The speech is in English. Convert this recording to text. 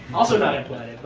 also not implied, but